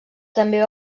també